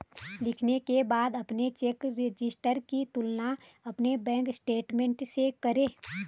लिखने के बाद अपने चेक रजिस्टर की तुलना अपने बैंक स्टेटमेंट से करें